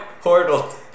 portal